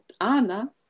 Anna